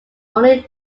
only